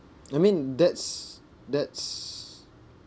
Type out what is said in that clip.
I mean that's that's